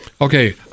okay